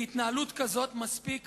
להתנהלות כזאת מספיק